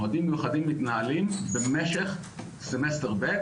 מועדים מיוחדים מתנהלים במשך סמסטר ב',